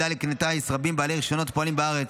לכלי טייס רבים בעלי רישיונות הפועלים בארץ,